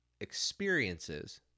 experiences